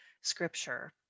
scripture